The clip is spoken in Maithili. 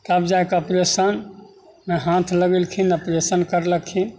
तब जाके ऑपरेशनमे हाथ लगेलखिन ऑपरेशन करलखिन